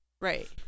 Right